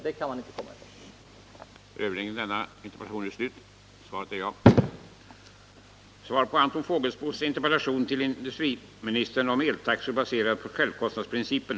Det kan man inte komma ifrån.